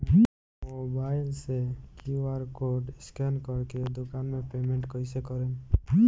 Mobile से QR code scan कर के दुकान मे पेमेंट कईसे करेम?